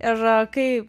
ir kai